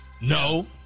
No